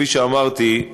כפי שאמרתי,